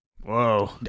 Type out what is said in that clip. Whoa